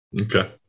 Okay